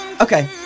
Okay